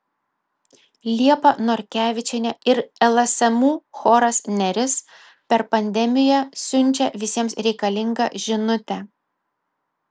liepa norkevičienė ir lsmu choras neris per pandemiją siunčia visiems reikalingą žinutę